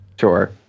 sure